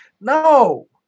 No